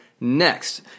next